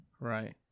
right